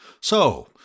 So